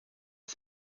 des